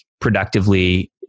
productively